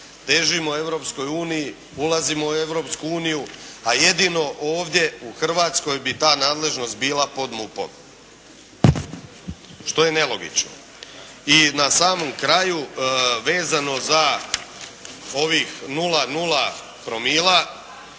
ulazimo u Europsku uniju a jedino ovdje u Hrvatskoj bi ta nadležnost bila pod MUP-om, što je nelogično. I na samom kraju vezano za ovih 0,0 promila.